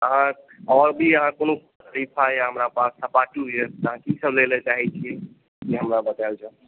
हँ आओर भी अहाँ कोनो सरीफा यए हमरा पास सपाटू यए अहाँ कीसभ लय लेल चाहैत छियै हमरा लग आयल जाउ